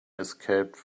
escaped